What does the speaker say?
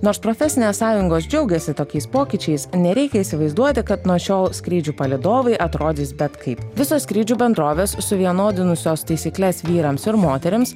nors profesinės sąjungos džiaugėsi tokiais pokyčiais nereikia įsivaizduoti kad nuo šiol skrydžių palydovai atrodys bet kaip visos skrydžių bendrovės suvienodinusios taisykles vyrams ir moterims